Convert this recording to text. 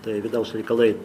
tai vidaus reikalai